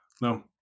no